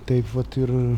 taip vat ir